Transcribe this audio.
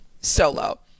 solo